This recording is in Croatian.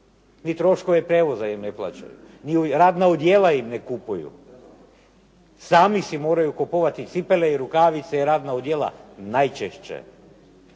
Ni troškove prijevoza im ne plaćaju, ni radna odijela im ne kupuju. Sami si moraju kupovati cipele, rukavice i radna odijela najčešće